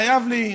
חייב לי,